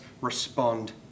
respond